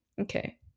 Okay